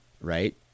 right